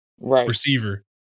receiver